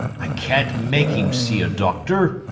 i can't make him see a doctor.